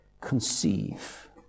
conceive